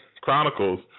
Chronicles